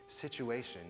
situation